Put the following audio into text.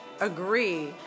agree